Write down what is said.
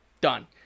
Done